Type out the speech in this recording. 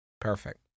Perfect